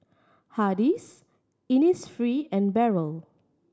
Hardy's Innisfree and Barrel